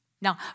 Now